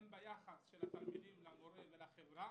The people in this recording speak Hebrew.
הן ביחס של התלמידים למורה ולחברה,